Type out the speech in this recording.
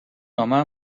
home